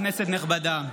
כנסת נכבדה,